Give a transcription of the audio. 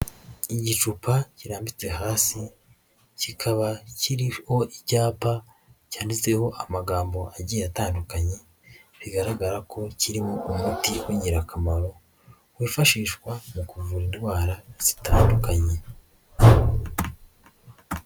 Igicupa kirambitse hasi kikaba kiriho icyapa cyanditseho amagambo agiye atandukanye, bigaragara ko kirimo umuti w'ingirakamaro, wifashishwa mu kuvura indwara zitandukanye.